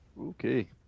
Okay